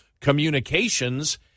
communications